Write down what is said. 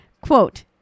Quote